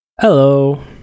Hello